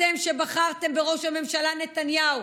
אתם שבחרתם בראש הממשלה נתניהו